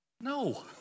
No